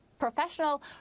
professional